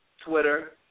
Twitter